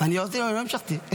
לא המשכתי.